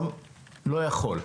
לא יכול.